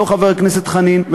לא חבר הכנסת חנין,